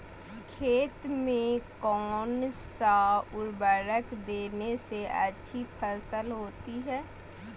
खेत में कौन सा उर्वरक देने से अच्छी फसल होती है?